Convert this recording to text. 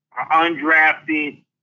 undrafted